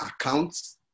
accounts